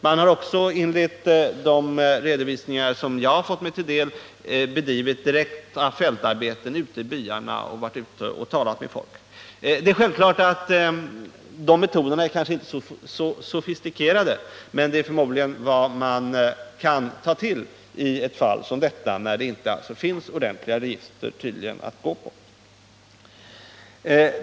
Man har också, enligt de redovisningar som jag fått del av, bedrivit direkta fältarbeten i byarna och varit ute och talat med folk. Dessa metoder är kanske inte så sofistikerade, men det är förmodligen vad man kan ta till i ett fall som detta, när det tydligen inte finns ordentliga register att gå till.